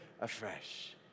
afresh